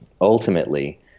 ultimately